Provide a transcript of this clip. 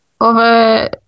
over